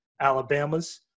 Alabama's